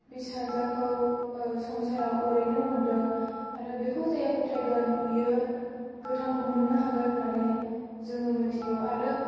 फिसाज्लाखौ संसाराव ओरैनो हरदों आरो बेखौ जाया फोथायगोन बेयो गोथांखौ मोननो हागोन होननानै जोङो मोनथिगौ आरो